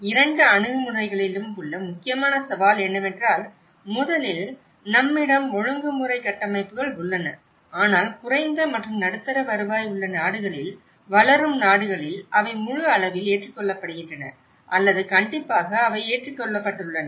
இரண்டு அணுகுமுறைகளிலும் உள்ள முக்கியமான சவால் என்னவென்றால் முதலில் நம்மிடம் ஒழுங்குமுறை கட்டமைப்புகள் உள்ளன ஆனால் குறைந்த மற்றும் நடுத்தர வருவாய் உள்ள நாடுகளில் வளரும் நாடுகளில் அவை முழு அளவில் ஏற்றுக்கொள்ளப்படுகின்றன அல்லது கண்டிப்பாக அவை ஏற்றுக்கொள்ளப்பட்டுள்ளன